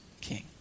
king